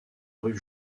rue